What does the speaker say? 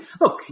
look